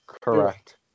Correct